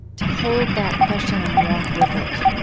to hold that question and walk with it